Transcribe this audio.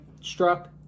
struck